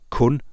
kun